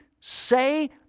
say